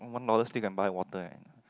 one dollar still can buy a water eh